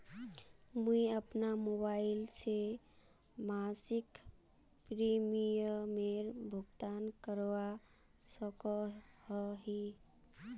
मुई अपना मोबाईल से मासिक प्रीमियमेर भुगतान करवा सकोहो ही?